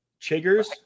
Chiggers